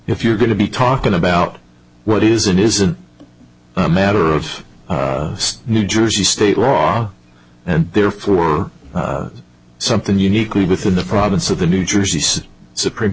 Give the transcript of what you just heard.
if you're going to be talking about what is and isn't a matter of new jersey state law and therefore something uniquely within the province of the new jersey city supreme